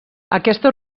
aquesta